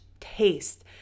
taste